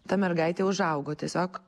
ta mergaitė užaugo tiesiog